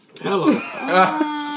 Hello